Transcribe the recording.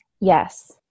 Yes